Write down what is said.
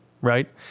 right